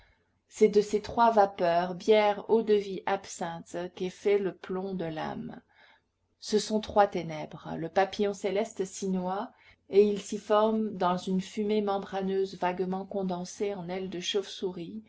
c'est de ces trois vapeurs bière eau-de-vie absinthe qu'est fait le plomb de l'âme ce sont trois ténèbres le papillon céleste s'y noie et il s'y forme dans une fumée membraneuse vaguement condensée en aile de chauve-souris